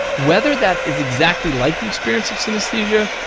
whether that is exactly like the experience of synesthesia,